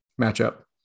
matchup